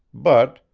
but,